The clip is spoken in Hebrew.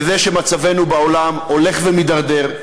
וזה שמצבנו בעולם הולך ומידרדר,